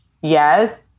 Yes